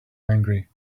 angry